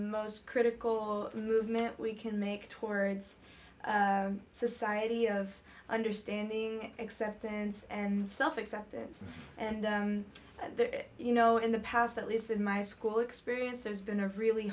most critical movement we can make towards society of understanding acceptance and self acceptance and that you know in the past at least in my school experience there's been a really